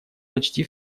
почти